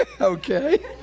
Okay